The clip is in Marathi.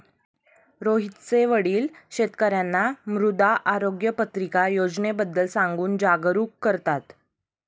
रोहितचे वडील शेतकर्यांना मृदा आरोग्य पत्रिका योजनेबद्दल सांगून जागरूक करतात